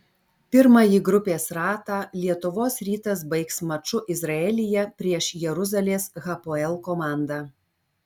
pirmąjį grupės ratą lietuvos rytas baigs maču izraelyje prieš jeruzalės hapoel komandą